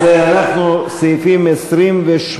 אז אנחנו בסעיפים 28